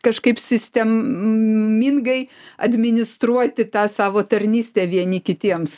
kažkaip sistemingai administruoti tą savo tarnystę vieni kitiems